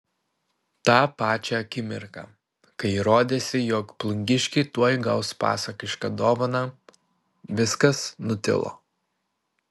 tą pačią akimirką kai rodėsi jog plungiškiai tuoj gaus pasakišką dovaną viskas nutilo